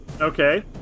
Okay